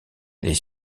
les